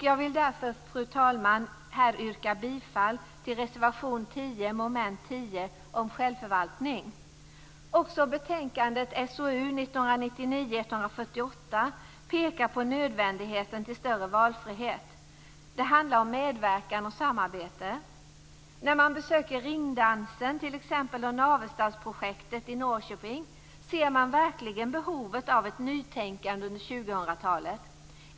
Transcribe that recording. Jag vill därför, fru talman, här yrka bifall till reservation 10 under mom. 10 om självförvaltning. Också betänkandet SOU 1999:148 pekar på nödvändigheten av större valfrihet. Det handlar om medverkan och samarbete. När man besöker t.ex. Ringdansen och Varestadsprojektet i Norrköping ser man verkligen behovet av ett nytänkande under 2000-talet.